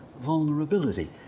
vulnerability